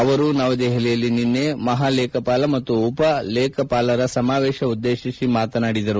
ಅವರು ದೆಹಲಿಯಲ್ಲಿ ನಿನ್ನೆ ಮಹಾಲೇಖಪಾಲ ಮತ್ತು ಉಪ ಲೇಖಪಾಲರ ಸಮಾವೇಶವನ್ನು ಉದ್ದೇಶಿಸಿ ಮಾತನಾಡಿದರು